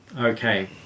Okay